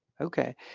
Okay